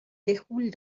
déroulent